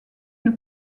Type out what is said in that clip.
une